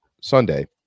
Sunday